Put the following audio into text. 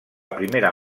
primera